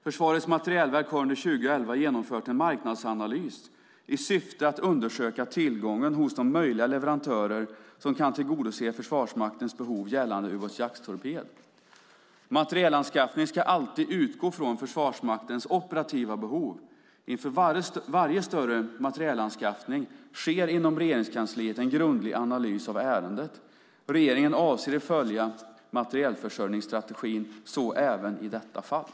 Försvarets materielverk har under 2011 genomfört en marknadsanalys i syfte att undersöka tillgången hos de möjliga leverantörer som kan tillgodose Försvarsmaktens behov gällande ubåtsjakttorped. Materielanskaffningen ska alltid utgå från Försvarsmaktens operativa behov. Inför varje större materielanskaffning sker inom Regeringskansliet en grundlig analys av ärendet. Regeringen avser att följa materielförsörjningsstrategin, så även i detta fall.